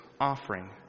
offering